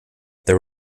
there